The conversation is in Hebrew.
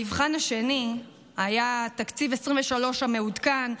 המבחן השני היה תקציב 2023 המעודכן,